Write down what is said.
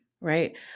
right